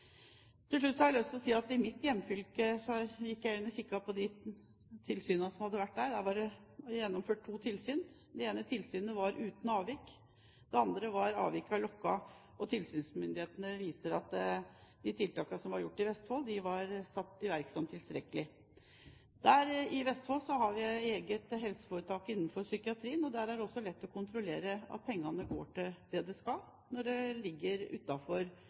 Til slutt har jeg lyst til å si at jeg har gått inn og kikket på de tilsynene som har vært i mitt hjemfylke, Vestfold. Der er det gjennomført to tilsyn. Det ene tilsynet var uten avvik, og ved det andre stedet var avvikene lukket. Tilsynsmyndighetene har vurdert de tiltakene som ble satt i verk i Vestfold, som tilstrekkelige. I Vestfold har vi eget helseforetak innenfor psykiatrien, og der er det også lett å kontrollere at pengene går til det det skal – altså utenfor somatikken. Jeg synes det